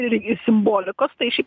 ir simbolikos tai šiaip